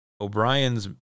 O'Brien's